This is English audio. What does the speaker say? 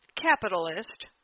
capitalist